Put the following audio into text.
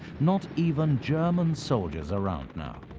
not even german soldiers around now.